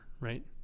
right